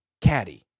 caddy